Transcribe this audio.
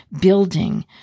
building